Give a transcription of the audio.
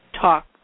talk